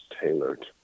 tailored